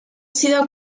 sido